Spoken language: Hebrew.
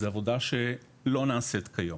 זו עבודה שלא נעשית כיום.